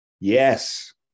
Yes